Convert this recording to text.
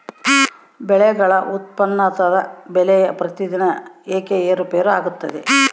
ಬೆಳೆಗಳ ಉತ್ಪನ್ನದ ಬೆಲೆಯು ಪ್ರತಿದಿನ ಏಕೆ ಏರುಪೇರು ಆಗುತ್ತದೆ?